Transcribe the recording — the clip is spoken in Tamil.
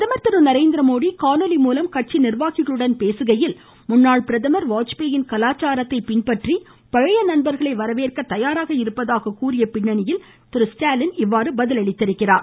பிரதமர் திரு நரேந்திரமோடி காணொலிமூலம் கட்சி நிர்வாகிகளுடன் பேசுகையில் முன்னாள் பிரதமர் வாஜ்பாயின் கலாச்சாரத்தை பின்பற்றி பழைய நண்பர்களை வரவேற்க தயாராக இருப்பதாக கூறிய பின்னணியில் திரு ஸ்டாலின் இவ்வாறு பதிலளித்துள்ளார்